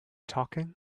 talking